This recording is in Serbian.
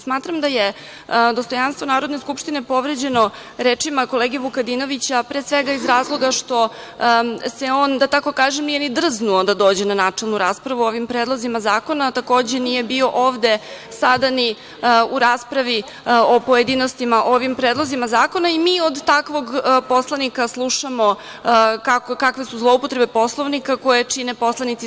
Smatram da je dostojanstvo Narodne skupštine povređeno rečima kolege Vukadinovića, pre svega iz razloga što se on, da tako kažem, nije ni drznuo da dođe na načelnu raspravu o ovim predlozima zakona, a takođe nije bio ovde sada ni u raspravi o pojedinostima o ovim predlozima zakona i mi od takvog poslanika slušamo kakve su zloupotrebe Poslovnika koje čine poslanici SNS.